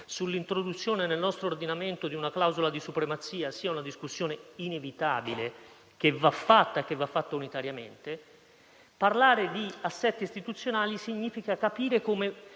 sull'introduzione nel nostro ordinamento di una clausola di supremazia sia inevitabile, da fare unitariamente. Parlare di assetti istituzionali significa capire come